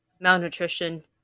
Malnutrition